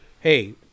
Hey